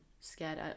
Scared